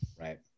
right